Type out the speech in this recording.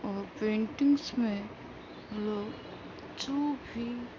اور پینٹیگس میں لوگ جو بھی